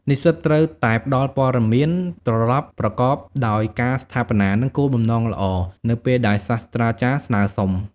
និស្សិតត្រូវតែ ផ្ដល់ព័ត៌មានត្រឡប់ប្រកបដោយការស្ថាបនា និងគោលបំណងល្អ នៅពេលដែលសាស្រ្តាចារ្យស្នើសុំ។